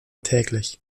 täglich